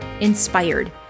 inspired